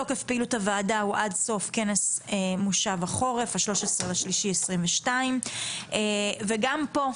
תוקף פעילות הועדה הוא עד סוף כנס מושב החורף ה-13 במרץ 2022. גם פה,